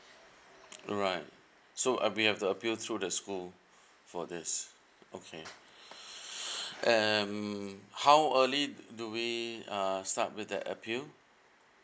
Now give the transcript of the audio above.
alright so we have to appeal through the school for this okay and how early do we uh start with the appeal